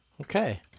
Okay